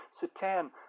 Satan